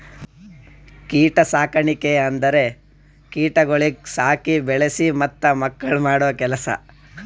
ಕೀಟ ಸಾಕಣಿಕೆ ಅಂದುರ್ ಕೀಟಗೊಳಿಗ್ ಸಾಕಿ, ಬೆಳಿಸಿ ಮತ್ತ ಮಕ್ಕುಳ್ ಮಾಡೋ ಕೆಲಸ